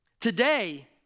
Today